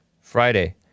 Friday